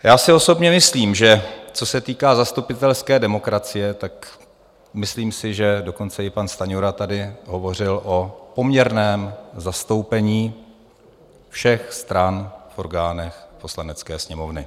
Já si osobně myslím, že co se týká zastupitelské demokracie, tak myslím si, že dokonce i pan Stanjura tady hovořil o poměrném zastoupení všech stran v orgánech Poslanecké sněmovny.